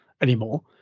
anymore